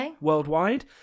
worldwide